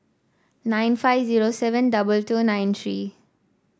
nine five zero seven double two nine three